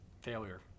failure